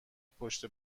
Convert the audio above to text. پشت